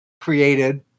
created